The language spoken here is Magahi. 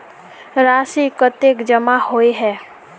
राशि कतेक जमा होय है?